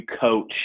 coach